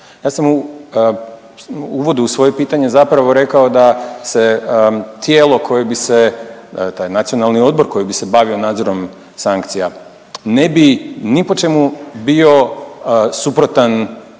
Ja sam u uvodu u svoje pitanje zapravo rekao da se tijelo koje bi se, taj nacionalni odbor koji bi se bavio nadzorom sankcija ne bi ni po čemu bio suprotan